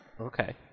Okay